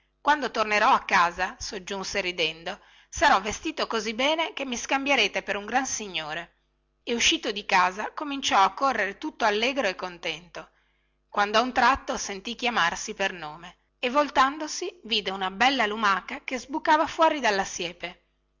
quando tornerò a casa soggiunse ridendo sarò vestito così bene che mi scambierete per un gran signore e uscito di casa cominciò a correre tutto allegro e contento quando a un tratto sentì chiamarsi per nome e voltandosi vide una bella lumaca che sbucava fuori della siepe